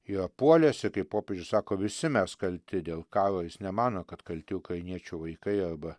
yra puolęs ir kaip popiežius sako visi mes kalti dėl karo jis nemano kad kalti ukrainiečių vaikai arba